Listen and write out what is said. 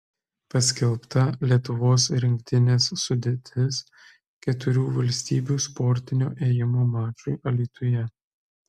paskelbta lietuvos rinktinės sudėtis keturių valstybių sportinio ėjimo mačui alytuje